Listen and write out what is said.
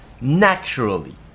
naturally